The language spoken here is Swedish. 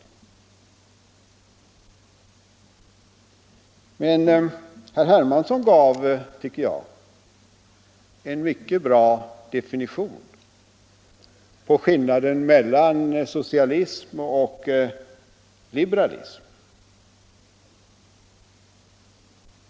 Jag tycker att herr Hermansson gav en mycket bra definition på skillnaden mellan socialism och liberalism.